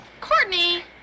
Courtney